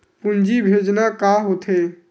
पूंजी भेजना का होथे?